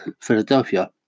Philadelphia